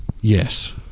Yes